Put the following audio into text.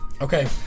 Okay